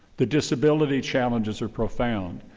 the disability challenges are profound.